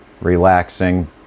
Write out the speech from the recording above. relaxing